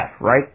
right